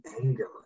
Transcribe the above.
anger